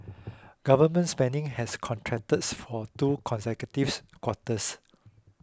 government spending has contracted for two consecutives quarters